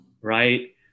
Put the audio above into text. right